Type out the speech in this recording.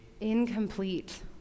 Incomplete